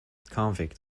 convict